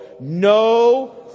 No